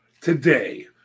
Today